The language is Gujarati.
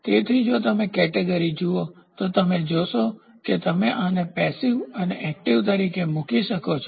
તેથી જો તમે કેટેગરી જુઓ તમે જોશો કે તમે આને પેસીવનિષ્ક્રિય અને એકટીવસક્રિય તરીકે મૂકી શકો છો